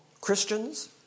Christians